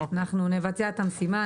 אנחנו נבצע את המשימה.